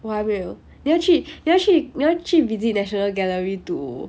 我还没有你要去你要去 visit national gallery to